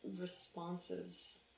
responses